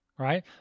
Right